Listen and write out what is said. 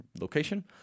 location